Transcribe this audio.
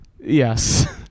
yes